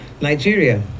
Nigeria